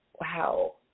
Wow